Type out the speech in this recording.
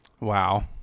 Wow